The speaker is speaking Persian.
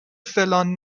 فلان